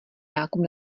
nákup